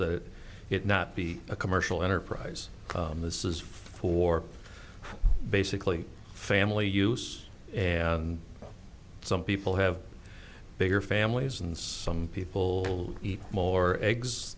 that it not be a commercial enterprise this is for basically family use and some people have bigger families and some people eat more eggs